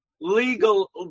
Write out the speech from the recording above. Legal